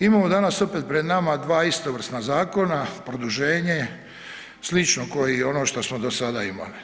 Imamo danas opet pred nama dva istovrsna zakona, produženje, slično ko i ono što smo do sada imali.